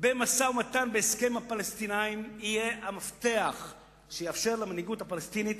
במשא-ומתן ובהסכם עם הפלסטינים תהיה המפתח שיאפשר למנהיגות הפלסטינית